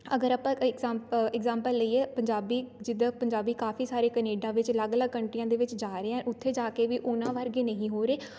ਅਗਰ ਆਪਾਂ ਇੰਗਜਾਪ ਇੰਗਜਾਮਪਲ ਲਈਏ ਪੰਜਾਬੀ ਜਿੱਦਾਂ ਪੰਜਾਬੀ ਕਾਫ਼ੀ ਸਾਰੇ ਕੈਨੇਡਾ ਵਿੱਚ ਅਲੱਗ ਅਲੱਗ ਕੰਨਟਰੀਆਂ ਦੇ ਵਿੱਚ ਜਾ ਰਹੇ ਹੈ ਉੱਥੇ ਜਾ ਕੇ ਵੀ ਉਹਨਾਂ ਵਰਗੇ ਨਹੀਂ ਹੋ ਰਹੇ